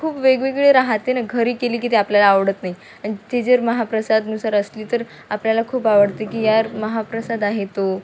खूप वेगवेगळे राहते ना घरी केली की ते आपल्याला आवडत नाही आणि ते जर महाप्रसादनुसार असली तर आपल्याला खूप आवडते की यार महाप्रसाद आहे तो